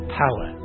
power